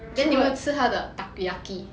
then 你有没有吃他的 takoyaki